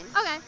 Okay